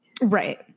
Right